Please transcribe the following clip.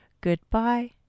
Goodbye